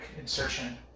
insertion